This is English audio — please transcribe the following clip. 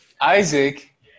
Isaac